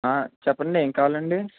చెప్పండి ఏం కావాలండి